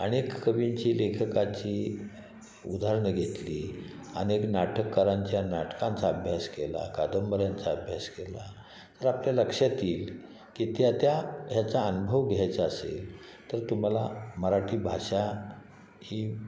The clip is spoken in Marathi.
अनेक कवींची लेखकाची उदाहरणं घेतली अनेक नाटककारांच्या नाटकांचा अभ्यास केला कादंबऱ्यांचा अभ्यास केला तर आपल्या लक्षात येईल की त्या त्या ह्याचा अनुभव घ्यायचा असेल तर तुम्हाला मराठी भाषा ही